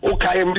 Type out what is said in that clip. Okay